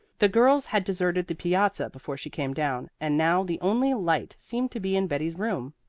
the girls had deserted the piazza before she came down, and now the only light seemed to be in betty's room.